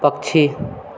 पक्षी